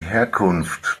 herkunft